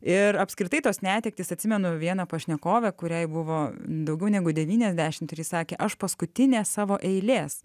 ir apskritai tos netektys atsimenu vieną pašnekovę kuriai buvo daugiau negu devyniasdešimt trys sakė aš paskutinė savo eilės